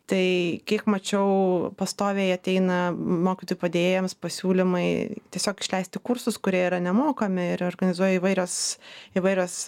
tai kiek mačiau pastoviai ateina mokytojų padėjėjams pasiūlymai tiesiog išleisti į kursus kurie yra nemokami ir organizuoja įvairios įvairios